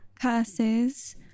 curses